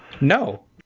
No